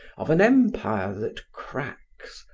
of an empire that cracks,